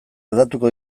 aldatuko